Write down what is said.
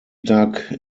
duck